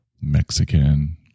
Mexican